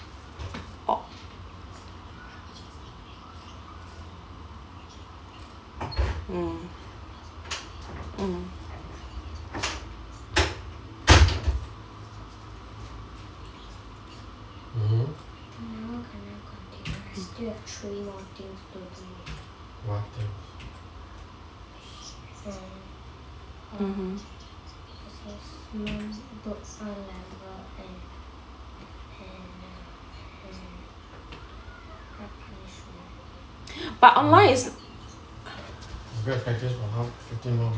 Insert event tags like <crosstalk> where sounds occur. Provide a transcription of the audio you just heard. <noise> mm but unlike